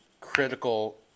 critical